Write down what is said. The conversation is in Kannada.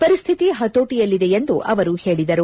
ಪರಿಶ್ಠಿತಿ ಪತೋಟಿಯಲ್ಲಿದೆ ಎಂದು ಅವರು ಹೇಳಿದರು